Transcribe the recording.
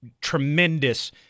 tremendous